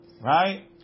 right